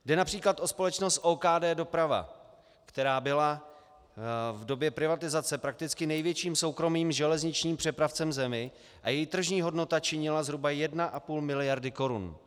Jde například o společnost OKD Doprava, která byla v době privatizace prakticky největším soukromým železničním přepravcem v zemi a jejíž tržní hodnota činila zhruba 1,5 mld. korun.